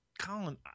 Colin